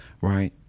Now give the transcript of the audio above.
right